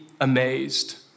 amazed